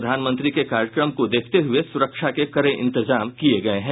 प्रधानमंत्री के कार्यक्रम को देखते हुये सुरक्षा के कड़े इंतजाम किये गये हैं